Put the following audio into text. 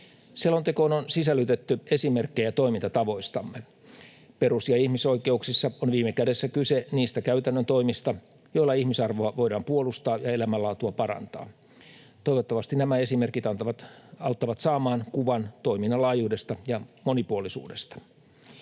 Selontekoon on sisällytetty esimerkkejä toimintatavoistamme. Perus- ja ihmisoikeuksissa on viime kädessä kyse niistä käytännön toimista, joilla ihmisarvoa voidaan puolustaa ja elämänlaatua parantaa. Toivottavasti nämä esimerkit auttavat saamaan kuvan toiminnan laajuudesta ja monipuolisuudesta.